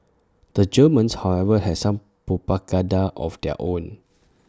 the Germans however had some propaganda of their own